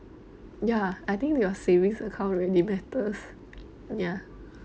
ya I think your savings account really matters ya